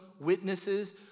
witnesses